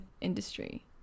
industry